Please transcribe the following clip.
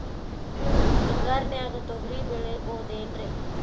ಹಿಂಗಾರಿನ್ಯಾಗ ತೊಗ್ರಿ ಬೆಳಿಬೊದೇನ್ರೇ?